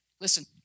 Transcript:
Listen